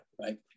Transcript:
right